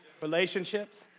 Relationships